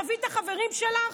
תביא את החברים שלך?